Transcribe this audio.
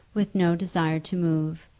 with no desire to move,